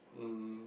um